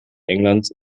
englands